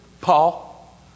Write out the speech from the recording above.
Paul